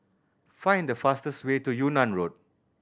find the fastest way to Yunnan Road